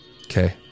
Okay